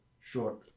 short